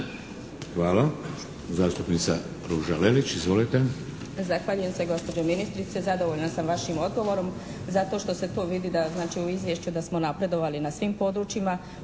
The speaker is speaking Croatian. Hvala. Zastupnica Ruža Lelić. Izvolite.